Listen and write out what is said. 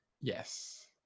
yes